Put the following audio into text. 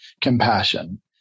compassion